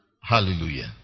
hallelujah